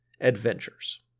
adventures